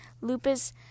lupus